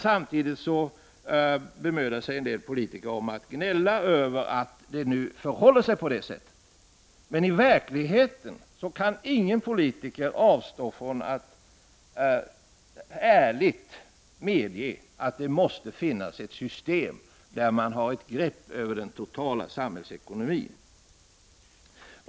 Samtidigt bemödar sig en del politiker om att gnälla över att det nu förhåller sig på det sättet. I verkligheten måste varje ärlig politiker medge att det måste finnas ett grepp över den totala samhällsekonomin.